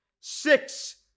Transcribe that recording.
Six